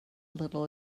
little